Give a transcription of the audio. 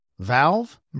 valve